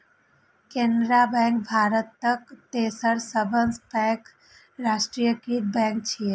केनरा बैंक भारतक तेसर सबसं पैघ राष्ट्रीयकृत बैंक छियै